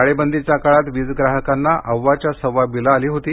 टाळेबंदीच्या काळात वीज ग्राहकांना अवाच्या सव्वा बिलं आली होती